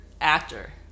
actor